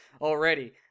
already